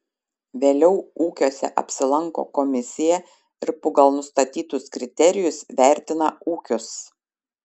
vėliau ūkiuose apsilanko komisija ir pagal nustatytus kriterijus vertina ūkius